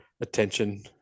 attention